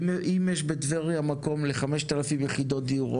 ואם יש בטבריה מקום ל-5,000 יחידות דיור,